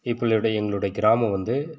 இப்பளுடைய எங்களுடைய கிராமம் வந்து